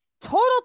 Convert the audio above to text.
total